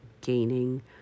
gaining